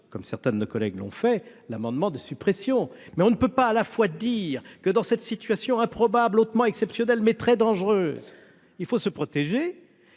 fait certains de nos collègues, l'amendement de suppression. Mais on ne peut à la fois dire, d'un côté, que dans cette situation improbable hautement exceptionnelle, mais très dangereuse, il faut se protéger